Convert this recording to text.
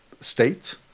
state